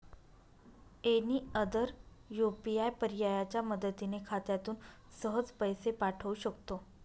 any other UPI पर्यायाच्या मदतीने खात्यातून सहज पैसे पाठवू शकतो